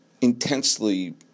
intensely